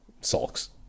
sulks